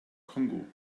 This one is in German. kongo